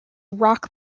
rock